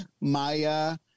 Maya